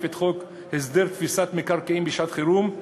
את חוק הסדר תפיסת מקרקעים בשעת-חירום,